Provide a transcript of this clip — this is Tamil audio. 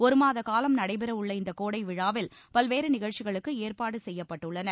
ஒருமாத காலம் நடைபெற உள்ள இந்த கோடை விழாவில் பல்வேறு நிகழ்ச்சிகளுக்கு ஏற்பாடு செய்யப்பட்டுள்ளன